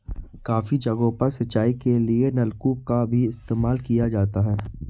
काफी जगहों पर सिंचाई के लिए नलकूप का भी इस्तेमाल किया जाता है